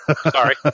Sorry